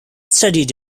studied